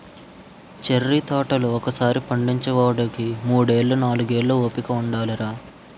cherry తోటలు ఒకసారి పండించేవోడికి మూడేళ్ళు, నాలుగేళ్ళు ఓపిక ఉండాలిరా